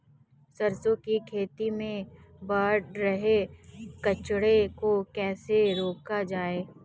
सरसों की खेती में बढ़ रहे कचरे को कैसे रोका जाए?